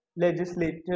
legislature